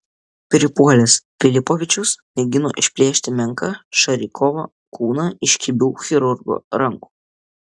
pripuolęs filipovičius mėgino išplėšti menką šarikovo kūną iš kibių chirurgo rankų